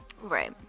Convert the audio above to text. Right